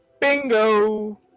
bingo